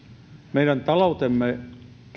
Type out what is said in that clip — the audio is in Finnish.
meidän taloutemme